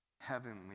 heavenly